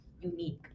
unique